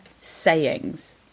sayings